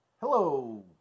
Hello